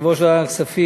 יושב-ראש ועדת הכספים,